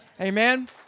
Amen